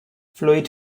fluid